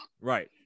Right